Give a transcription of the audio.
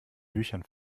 büchern